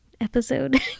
episode